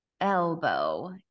elbow